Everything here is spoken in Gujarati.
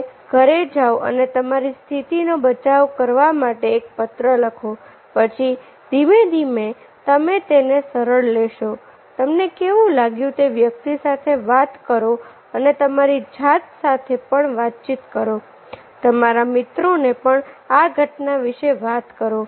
તમે ઘરે જાવ અને તમારી સ્થિતિ નો બચાવ કરવા માટે એક પત્ર લખો પછી ધીમે ધીમે તમે તેને સરળ લેશો તમને કેવું લાગ્યું તે વ્યક્તિ સાથે વાત કરો અને તમારી જાત સાથે પણ વાતચીત કરો તમારા મિત્રોને પણ આ ઘટના વિશે વાત કરો